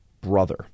brother